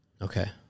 Okay